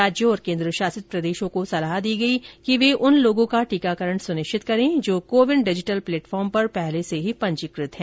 राज्यों और केन्द्रशासित प्रदेशों को सलाह दी गई कि वे उन लोगों का टीकाकरण सुनिश्चित करे जो को विन डिजिटल प्लटेफॉर्म पर पहले से ही पंजीकृत हैं